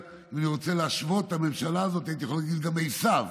אם אני רוצה להשוות את הממשלה הזאת הייתי יכול להגיד גם עשו,